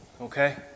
okay